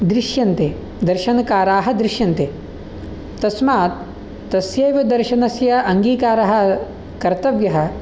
दृश्यन्ते दर्शनकाराः दृश्यन्ते तस्मात् तस्यैव दर्शनस्य अङ्गीकारः कर्तव्यः